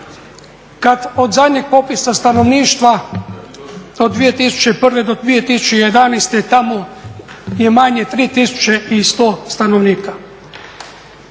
kad od zadnjeg popisa stanovništva od 2001. do 2011. tamo je manje 3100 stanovnika.